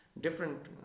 different